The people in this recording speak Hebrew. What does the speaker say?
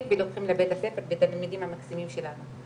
ולוקחים לבית הספר ולתלמידים המקסימים שלנו.